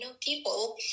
people